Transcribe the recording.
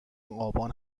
آبان